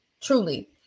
truly